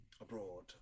abroad